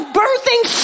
birthing